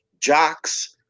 jocks